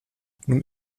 nun